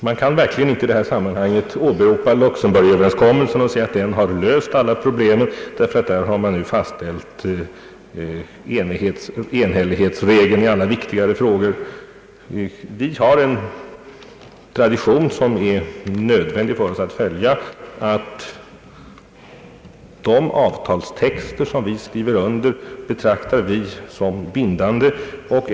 Man kan inte i det sammanhanget åberopa Luxemburgöverenskommelsen och säga, att den har löst alla problem, eftersom man där fastställt en vetorätt för varje medlemsstat i alla viktigare frågor. Vi har en tradition som det är nödvändigt för oss att följa. Den innebär att vi betraktar de avtalstexter som vi skriver under som bindande.